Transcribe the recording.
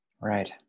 Right